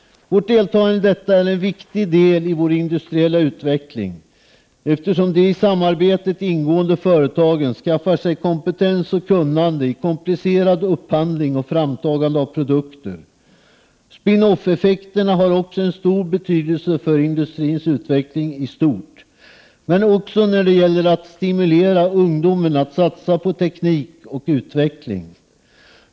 Vårt deltagande i detta är en viktig del i vår industriella utveckling, eftersom de i samarbetet ingående företagen skaffar sig kompetens och kunnande i komplicerad upphandling och framtagande av produkter. Spin-off-effekterna har också en stor betydelse för industrins utveckling i stort, men också när det gäller att stimulera ungdomen att satsa på teknik och utveckling.